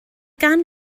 gan